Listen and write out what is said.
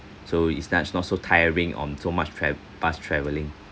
so it's that not so tiring on so much tra~ bus travelling